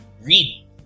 read